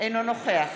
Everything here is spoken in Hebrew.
אינו נוכח